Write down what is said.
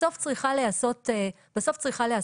בסוף צריכה להיעשות אכיפה.